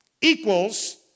equals